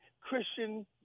christian